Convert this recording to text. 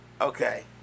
Okay